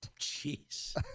Jeez